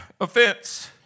Offense